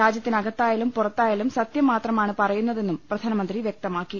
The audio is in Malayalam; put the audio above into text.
രാജ്യത്തിനകത്തായാലും പുറത്തായാലും സത്യം മാത്രമാണ് പറയുന്നതെന്നും പ്രധാനമന്ത്രി വ്യക്തമാക്കി